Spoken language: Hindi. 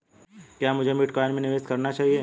क्या मुझे बिटकॉइन में निवेश करना चाहिए?